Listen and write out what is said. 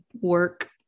work